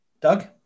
Doug